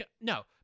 no